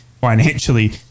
financially